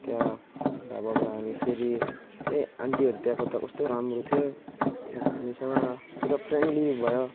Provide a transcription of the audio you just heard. त्यहाँ ढाबामा हामी फेरि त्यही आन्टीहरू त्यहाँको त कस्तो राम्रो थियो त्यहाँ हामीसँग पुरा फ्रेन्डली भयो